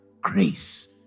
grace